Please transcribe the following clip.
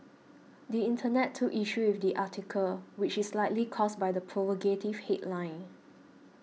the internet took issue with the article which is likely caused by the provocative headline